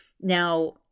now